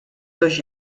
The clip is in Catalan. dos